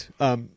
right